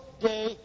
day